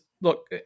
look